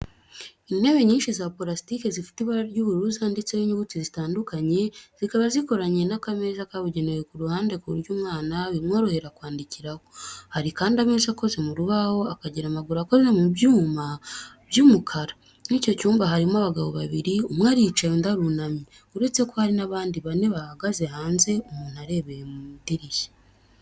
Intebe nyinshi za purasitike zifite ibara ry'ubururu zanditseho inyuguti zitandukanye, zikaba zikoranye n’akameza kabugenewe ku ruhande ku buryo umwana bimworohera kwandikiraho. Hari kandi ameza akoze mu rubaho akagira amaguru akoze mu byuma by'umukara. Muri icyo cyumba harimo abagabo babiri, umwe aricaye undi arunamye uretse ko hari n'abandi bane bahagaze hanze umuntu arebeye mu idirishya.